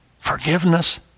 forgiveness